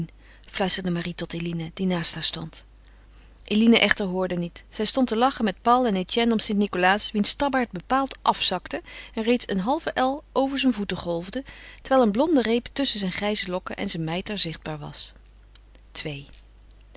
fluisterde marie tot eline die naast haar stond eline echter hoorde niet zij stond te lachen met paul en etienne om st nicolaas wiens tabbaard bepaald afzakte en reeds een halve el over zijn voeten golfde terwijl een blonde reep tusschen zijn grijze lokken en zijn mijter zichtbaar was